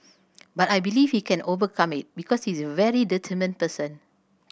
but I believe he can overcome it because he is a very determined person